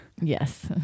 yes